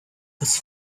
his